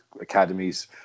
academies